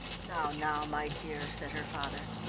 now, now, my dear, said her father.